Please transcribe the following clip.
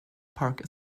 park